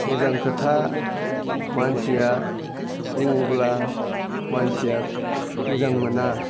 मोजां खोथा मानसिया बुङोब्ला मानसिया मोजां मोना